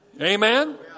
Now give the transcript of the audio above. Amen